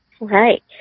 Right